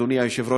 אדוני היושב-ראש,